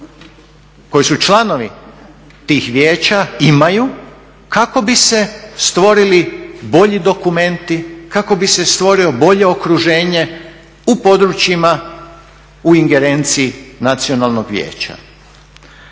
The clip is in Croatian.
koji su članovi tih vijeća imaju kako bi se stvorili bolji dokumenti, kako bi se stvorilo bolje okruženje u područjima u ingerenciji nacionalnog vijeća.